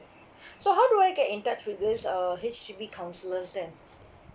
so how do I get in touch with this uh H_D_B counsellors then